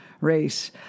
race